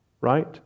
right